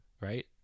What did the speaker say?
Right